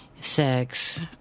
sex